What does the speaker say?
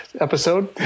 episode